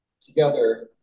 Together